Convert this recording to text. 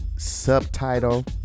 Subtitle